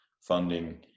funding